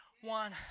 one